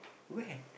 where